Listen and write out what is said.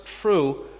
true